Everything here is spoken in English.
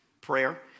prayer